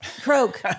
Croak